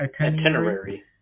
Itinerary